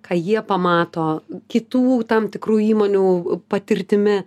ką jie pamato kitų tam tikrų įmonių patirtimi